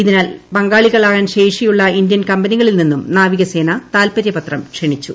ഇതിനാൽ പങ്കാളിയാകാൻ ശേഷിയുള്ള ഇന്ത്യൻ കമ്പനികളിൽ നിന്നും നാവിക സേന താൽപര്യപത്രം ക്ഷണിച്ചു